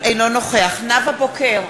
אינו נוכח נאוה בוקר,